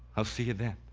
i'll see you then